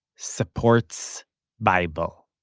supports bible.